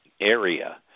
area